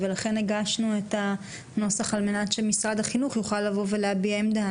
הגשנו את הנוסח על מנת שמשרד החינוך יוכל להביע עמדה.